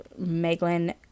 Meglin